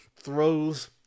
throws